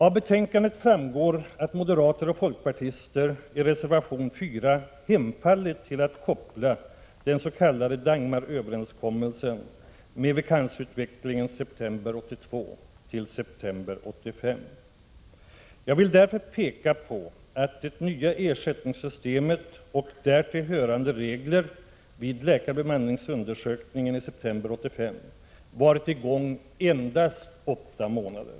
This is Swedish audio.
Av betänkandet framgår att moderater och folkpartister i reservation 4 hemfallit till att koppla samman den s.k. Dagmaröverenskommelsen med vakansutvecklingen september 1982 till september 1985. Jag vill därför peka på att det nya ersättningssystemet och därtill hörande regler vid läkarbeman = Prot. 1986/87:24 ningsundersökningen i september 1985 varit i gång endast åtta månader.